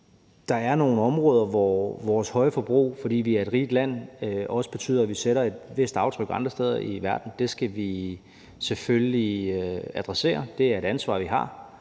der er nogle områder, hvor vores høje forbrug, fordi vi er et rigt land, også betyder, at vi sætter et vist aftryk andre steder i verden, og det skal vi selvfølgelig adressere, for det er et ansvar, vi har.